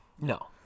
No